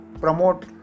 promote